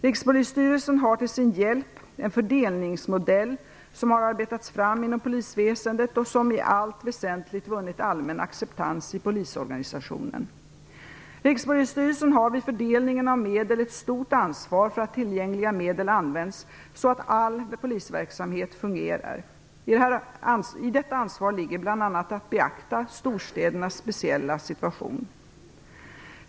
Rikspolisstyrelsen har till sin hjälp en fördelningsmodell som har arbetats fram inom polisväsendet och som i allt väsentligt vunnit allmän acceptans i polisorganisationen. Rikspolisstyrelsen har vid fördelningen av medel ett stort ansvar för att tillgängliga medel används så att all polisverksamhet fungerar. I detta ansvar ligger bl.a. att beakta storstädernas speciella situation.